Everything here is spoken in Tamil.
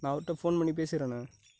நான் அவர்கிட்ட ஃபோன் பண்ணி பேசிறேண்ணே